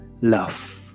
love